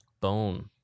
bone